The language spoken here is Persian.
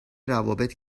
روابط